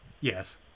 Yes